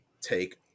take